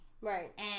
Right